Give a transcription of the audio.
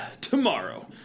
tomorrow